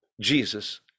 Jesus